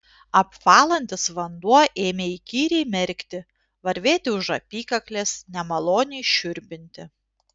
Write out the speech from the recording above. apvalantis vanduo ėmė įkyriai merkti varvėti už apykaklės nemaloniai šiurpinti